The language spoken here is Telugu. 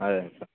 అదే సార్